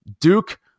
Duke